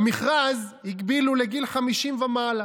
במכרז הגבילו לגיל 50 ומעלה,